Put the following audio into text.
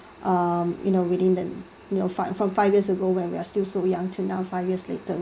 uh you know within them you know fi~ from five years ago when we are still so young to now five years later